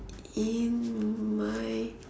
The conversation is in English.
in my